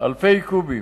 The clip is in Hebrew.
אלפי קובים,